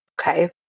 Okay